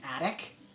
attic